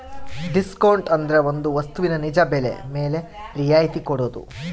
discount ಅಂದ್ರೆ ಒಂದ್ ವಸ್ತು ನಿಜ ಬೆಲೆ ಮೇಲೆ ರಿಯಾಯತಿ ಕೊಡೋದು